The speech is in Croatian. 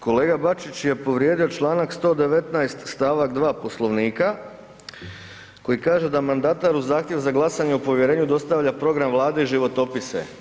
Kolega Bačić je povrijedio čl. 119. stavak 2. Poslovnika koji kaže da mandatar uz zahtjev za glasanje o povjerenju dostavlja program Vlade i životopise.